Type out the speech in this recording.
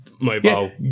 Mobile